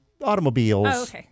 automobiles